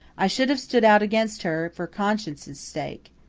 i should have stood out against her for conscience' sake,